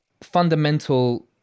fundamental